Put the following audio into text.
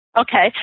Okay